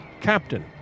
Captain